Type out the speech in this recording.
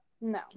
no